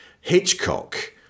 Hitchcock